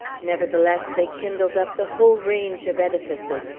nevertheless, they kindled up the whole range of edifices,